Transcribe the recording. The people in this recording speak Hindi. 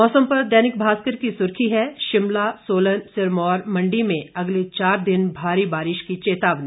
मौसम पर दैनिक भास्कर की सुर्खी है शिमला सोलन सिरमौर मंडी में अगले चार दिन भारी बारिश की चेतावनी